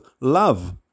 love